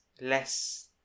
less